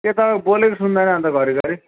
त्यही त बोलेको सुन्दैन अन्त घरी घरी